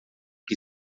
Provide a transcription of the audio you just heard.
que